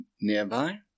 nearby